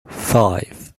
five